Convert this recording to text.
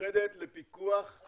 המיוחדת לפיקוח על